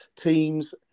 teams